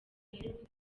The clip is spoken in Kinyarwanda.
aheruka